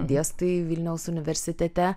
dėstai vilniaus universitete